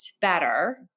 better